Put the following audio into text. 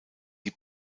die